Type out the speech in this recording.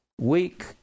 weak